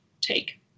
take